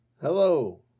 Hello